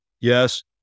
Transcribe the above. yes